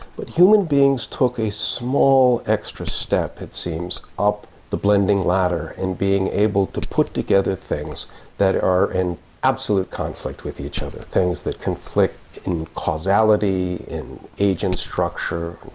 but human beings took a small extra step, it seems, up the blending ladder in being able to put together things that are in absolute conflict with each other, things that conflict in causality, in age and structure,